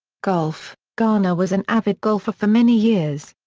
golf garner was an avid golfer for many years.